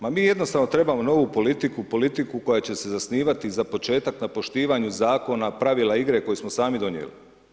Pa mi jednostavno trebamo novu politiku, politiku koja će se zasnivati za početak na poštivanju zakona, pravila igre koje smo sami donijeli.